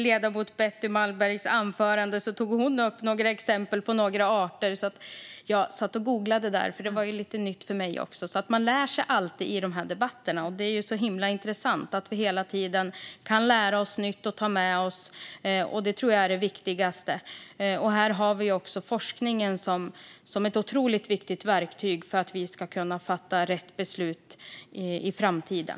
Ledamoten Betty Malmberg tog i sitt anförande också upp några exempel på arter. Jag satt då och googlade, för det var lite nytt för mig, så man lär sig alltid någonting i de här debatterna. Det är så himla intressant att vi hela tiden kan lära oss nytt att ta med oss, och det tror jag är det viktigaste. Vi har också forskningen som ett otroligt viktigt verktyg för att vi ska kunna fatta rätt beslut i framtiden.